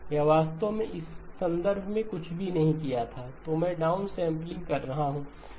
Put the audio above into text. यह वास्तव में इस संदर्भ में कुछ भी नहीं किया था तो मैं डाउन सेंपलिंग कर रहा हूं है